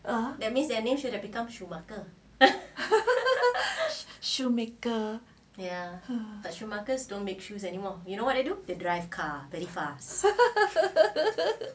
ah that means that means you have become schumacher shoemaker ya that's true schumacher don't make shoes anymore you know what I do drive car very fast